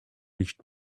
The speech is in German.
nicht